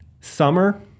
Summer